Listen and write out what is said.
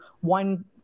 one